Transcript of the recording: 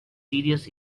serious